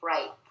Right